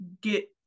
get